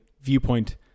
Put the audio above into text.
viewpoint